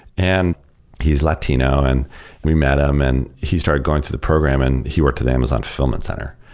and he is latino and we met him and he started going through the program and he worked at amazon fulfillment center.